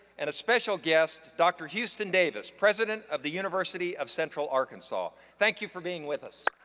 and a special guest, dr. houston davis, president of the university of central arkansas. thank you for being with us.